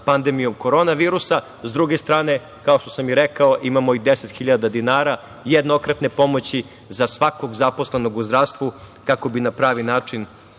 pandemijom korona virusa. S druge strane, kao što sam i rekao, imamo i 10.000 dinara jednokratne pomoći za svakog zaposlenog u zdravstvu, kako bi na pravi način